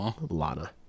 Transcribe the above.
Lana